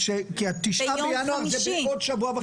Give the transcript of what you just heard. כי ה-9 בינואר זה בעוד שבוע.